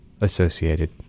associated